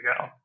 go